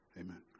Amen